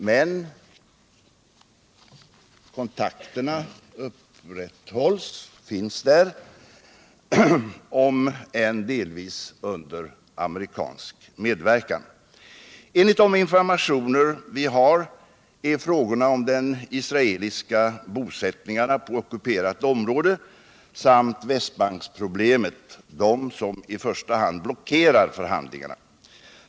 Men kontakterna upprätthålls, om än delvis under amerikansk medverkan. Enligt de informationer vi har är det frågorna om de israeliska bosättningarna på ockuperat område samt Västbanksproblemet som i första hand blockerar förhandlingarna.